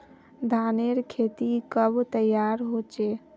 धानेर खेती कब तैयार होचे?